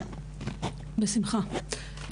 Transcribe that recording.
בשמחה.